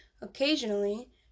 Occasionally